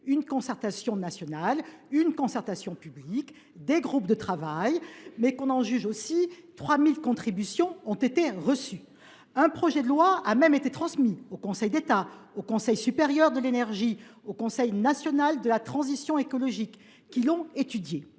une concertation nationale, une concertation publique et des groupes de travail, 3 000 contributions ont été reçues, et un projet de loi a même été transmis au Conseil d’État, au Conseil supérieur de l’énergie et au Conseil national de la transition écologique, lesquels l’ont étudié.